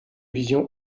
vision